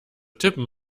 tippen